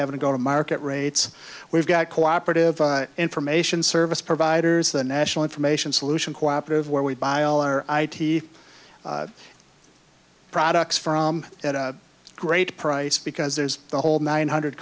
having to go to market rates we've got co operative information service providers the national information solution co operative where we buy all our teeth products from at a great price because there's the whole nine hundred